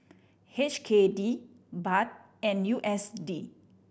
H K D Baht and U S D